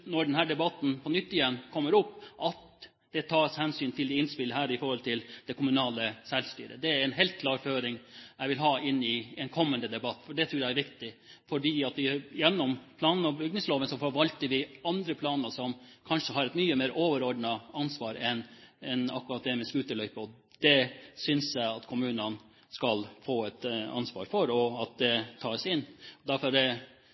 når denne debatten kommer opp på nytt, at det tas hensyn til innspill som gjelder det kommunale selvstyret. Det er en helt klar føring jeg vil ha inn i en kommende debatt. Det tror jeg er viktig, for gjennom plan- og bygningsloven forvalter vi andre planer, der vi kanskje har et mye mer overordnet ansvar enn akkurat det som gjelder scooterløyper. Jeg synes kommunene skal få ansvar for at det tas inn. Derfor